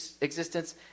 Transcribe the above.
existence